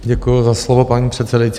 Děkuji za slovo, paní předsedající.